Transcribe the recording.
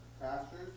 pastors